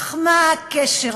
אך מה הקשר,